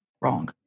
Wrong